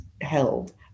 held